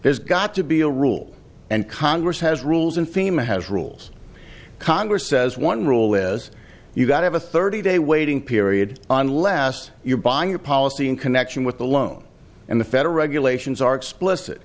there's got to be a rule and congress has rules and fema has rules congress says one rule is you've got have a thirty day waiting period unless you're buying a policy in connection with the loan and the federal regulations are explicit